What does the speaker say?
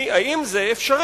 היא: האם זה אפשרי?